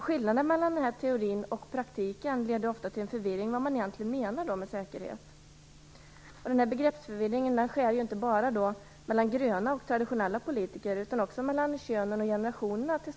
Skillnaden mellan teori och praktik leder ofta till förvirring när det gäller vad man egentligen menar med säkerhet. Denna begreppsförvirring skär inte bara mellan gröna och traditionella politiker utan också mellan könen och generationerna.